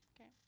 Okay